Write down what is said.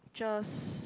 just